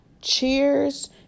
cheers